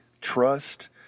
trust